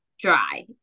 dry